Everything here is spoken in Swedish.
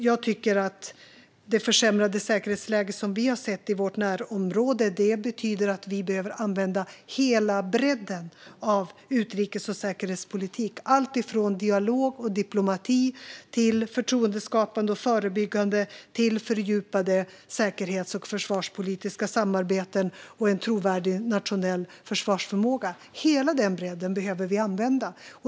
Jag tycker att det försämrade säkerhetsläge vi har sett i vårt närområde betyder att vi behöver använda hela bredden av utrikes och säkerhetspolitik, alltifrån dialog och diplomati, förtroendeskapande och förebyggande till fördjupade säkerhets och försvarspolitiska samarbeten och en trovärdig nationell försvarsförmåga. Hela den bredden behöver vi använda.